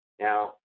now